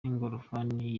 ingorofani